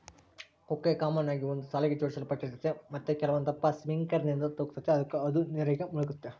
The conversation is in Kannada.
ಕೊಕ್ಕೆ ಕಾಮನ್ ಆಗಿ ಒಂದು ಸಾಲಿಗೆ ಜೋಡಿಸಲ್ಪಟ್ಟಿರ್ತತೆ ಮತ್ತೆ ಕೆಲವೊಂದಪ್ಪ ಸಿಂಕರ್ನಿಂದ ತೂಗ್ತತೆ ಅದುಕ ಅದು ನೀರಿನಾಗ ಮುಳುಗ್ತತೆ